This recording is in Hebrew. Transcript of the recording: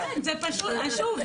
שוב,